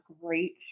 great